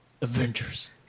Avengers